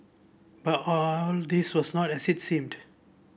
but all this was not as seemed